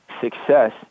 success –